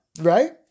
Right